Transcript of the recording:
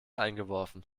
eingeworfen